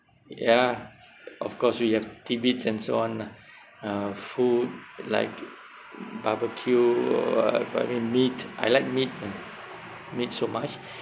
ya of course we have tidbits and so on lah uh food like barbecue uh I mean meat I like meat lah meat so much